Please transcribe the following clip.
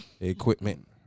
Equipment